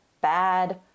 bad